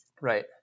right